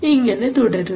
ഇങ്ങനെ തുടരുന്നു